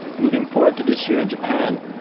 moving forward to this year in japan,